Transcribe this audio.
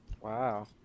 Wow